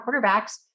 quarterbacks